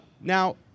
Now